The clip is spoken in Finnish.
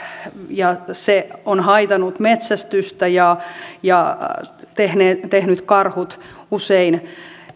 ja se on haitannut metsästystä ja ja tehnyt karhut usein